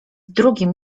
drugim